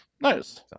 Nice